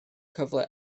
cyfle